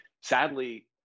Sadly